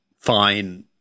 fine